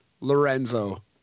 Lorenzo